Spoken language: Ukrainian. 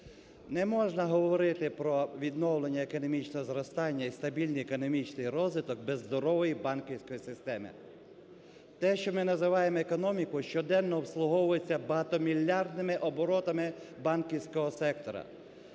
Неможна говорити про відновлення економічного зростання і стабільний економічний розвиток, без здорової банківської системи. Те, що ми називаємо економікою, щоденно обслуговується багатомільярдними оборотами банківського сектора.